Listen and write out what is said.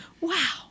Wow